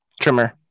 trimmer